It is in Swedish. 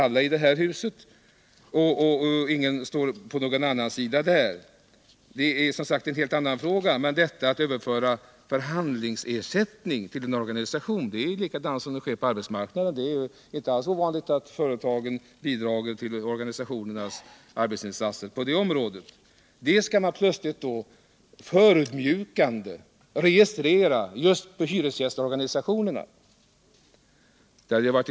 alla i det här huset eniga. Att överföra förhandlingsersättning till en organisation går till likadant här som det gör på arbetsmarknaden. Där är det inte alls ovanligt att företagen bidrar till organisationernas arbetsinsatser. Man skall således plötsligt registrera detta just för att förödmjuka hyresgästorganisationerna! Det hade varit.